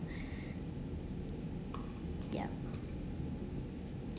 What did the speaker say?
yup